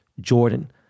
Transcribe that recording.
Jordan